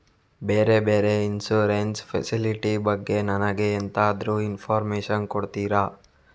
ಬೇರೆ ಬೇರೆ insurance facility ಬಗ್ಗೆ ನನಗೆ ಎಂತಾದ್ರೂ ಇನ್ಫೋರ್ಮೇಷನ್ ಕೊಡ್ತೀರಾ?